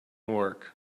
work